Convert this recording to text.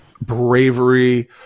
bravery